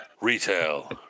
Retail